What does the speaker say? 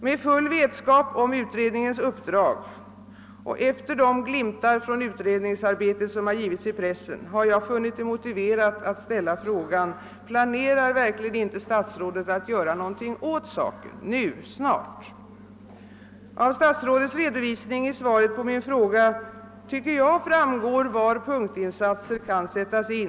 Med full vetskap om utredningens uppdrag och efter de glimtar från utredningsarbetet, som givits i pressen, har jag funnit det motiverat att ställa frågan: Planerar inte statsrådet att snart göra något åt saken? Av statsrådets redovisning i svaret på min fråga tycker jag att det framgår var punktinsatser kan sättas in.